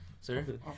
sir